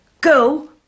Go